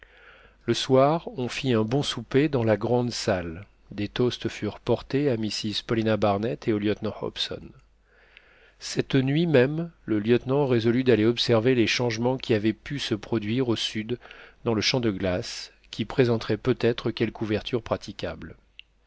le soir on fit un bon souper dans la grande salle des toasts furent portés à mrs paulina barnett et au lieutenant hobson cette nuit même le lieutenant résolut d'aller observer les changements qui avaient pu se produire au sud dans le champ de glace qui présenterait peut-être quelque ouverture praticable